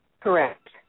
Correct